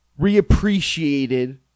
reappreciated